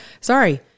sorry